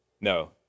No